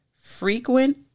frequent